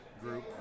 group